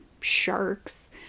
sharks